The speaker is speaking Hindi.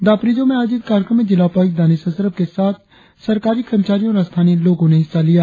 दापोरिजो में आयोजित कार्यक्रम में जिला उपायुक्त दानिश अशरफ के साथ सरकारी कर्मचारियों और स्थानीय लोगों ने हिस्सा लिया